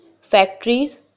factories